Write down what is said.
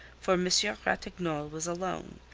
for monsieur ratignolle was alone,